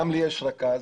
גם לי יש רכז,